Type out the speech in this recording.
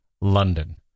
London